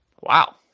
wow